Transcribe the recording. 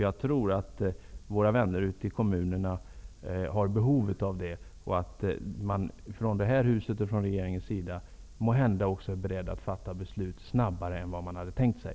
Jag tror nämligen att våra vänner ute i kommunerna har behov av det och att man från detta hus och från regeringens sida måhända också är beredd att fatta beslut snabbare än vad man hade tänkt sig.